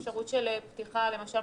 אפשרות של פתיחה למשל,